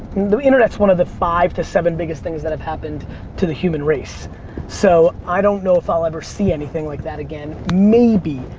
the internet is one of the five to seven biggest things that have happened to the human race so i don't know if i'll ever see anything like that again. maybe,